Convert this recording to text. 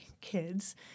kids